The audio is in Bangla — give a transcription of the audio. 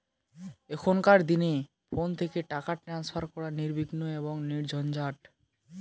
এখনকার দিনে ফোন থেকে টাকা ট্রান্সফার করা নির্বিঘ্ন এবং নির্ঝঞ্ঝাট